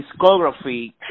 discography